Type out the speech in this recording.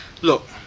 Look